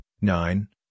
nine